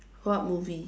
what movie